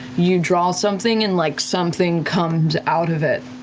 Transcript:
you draw something and, like, something comes out of it.